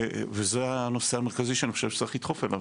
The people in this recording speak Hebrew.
וזה הנושא המרכזי שאני חושב שצריך לדחוף אליו,